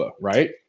right